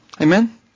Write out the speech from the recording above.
Amen